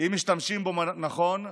אם משתמשים בו נכון,